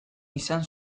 izan